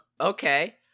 Okay